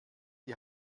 die